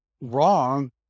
wrong